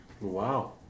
Wow